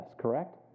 correct